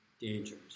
dangers